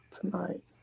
tonight